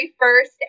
first